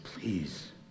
please